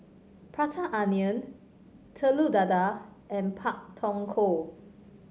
Prata Onion Telur Dadah and Pak Thong Ko